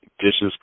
dishes